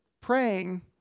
praying